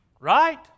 right